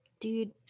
dude